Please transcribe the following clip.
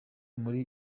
muri